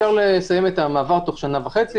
אפשר לסיים את המאגר תוך שנה חצי,